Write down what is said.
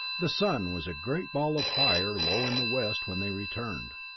the sun was a great ball of fire low in the west when they returned,